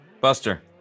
Buster